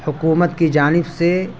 حکومت کی جانب سے